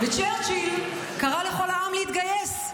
וצ'רצ'יל קרא לכל העם להתגייס,